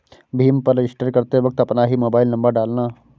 भीम पर रजिस्टर करते वक्त अपना ही मोबाईल नंबर डालना